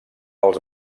dels